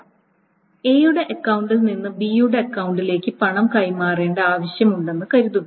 Aയുടെ അക്കൌണ്ടിൽ നിന്ന് Bയുടെ അക്കൌണ്ടിലേക്ക് പണം കൈമാറേണ്ട ആവശ്യമുണ്ടെന്ന് കരുതുക